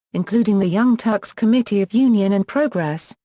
including the young turks' committee of union and progress,